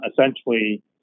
essentially